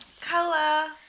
Color